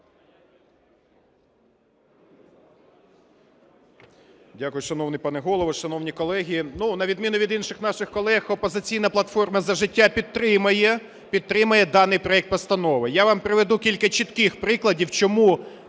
Дякую, шановний пане Голово. Шановні колеги, на відміну від інших наших колег "Опозиційна платформа – За життя" підтримає даний проект постанови. Я вам приведу кілька чітких прикладів, чому